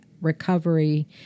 recovery